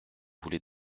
voulait